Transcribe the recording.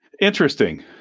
Interesting